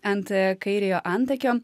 ant kairiojo antakio